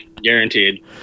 guaranteed